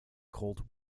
cold